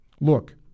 Look